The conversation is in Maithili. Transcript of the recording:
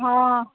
हँ